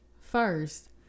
first